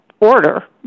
order